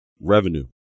revenue